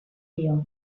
dio